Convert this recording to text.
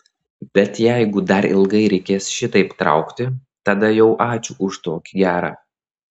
bet jeigu dar ilgai reikės šitaip traukti tada jau ačiū už tokį gerą